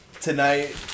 tonight